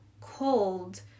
cold